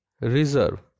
reserve